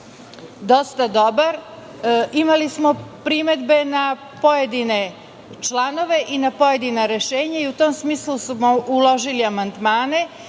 dosta dobar. Imali smo primedbe na pojedine članove i rešenja i u tom smislu smo uložili amandmane. Nadam